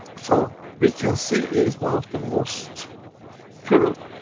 so we can see is one of the most prevalent